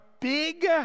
big